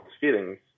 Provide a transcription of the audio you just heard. feelings